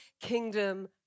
Kingdom